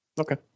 Okay